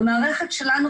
במערכת שלנו,